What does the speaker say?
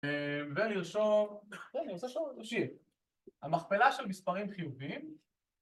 ולרשום, רגע אני עושה... המכפלה של מספרים חיוביים